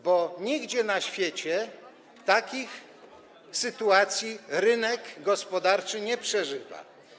Bo nigdzie na świecie takich sytuacji rynek gospodarczy nie przeżywa.